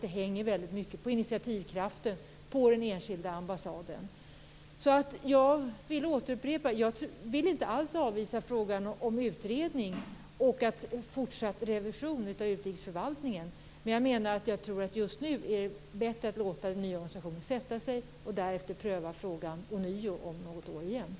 Det hänger väldigt mycket på initiativkraften vid den enskilda ambassaden. Jag upprepar därför att jag inte alls vill avvisa frågan om utredning och fortsatt revision av utrikesförvaltningen. Jag menar bara att jag tror att det just nu är bättre att låta den nya organisationen sätta sig och därefter pröva frågan ånyo om något år.